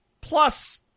plus